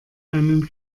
einen